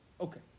Okay